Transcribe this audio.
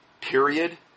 period